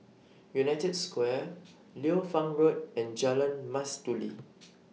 United Square Liu Fang Road and Jalan Mastuli